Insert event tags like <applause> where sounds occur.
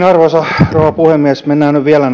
<unintelligible> arvoisa rouva puhemies mennään nyt vielä <unintelligible>